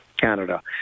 Canada